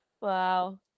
Wow